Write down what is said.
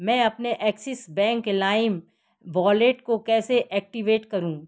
मैं अपने Axis bank Lime wallet को कैसे ऐक्टिवेट करूँ